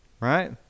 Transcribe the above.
Right